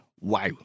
wow